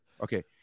Okay